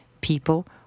people